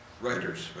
writers